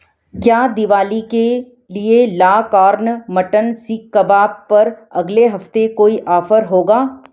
क्या दिवाली के लिए la carte mutton seekh kebab पर अगले हफ़्ते कोई ऑफर होगा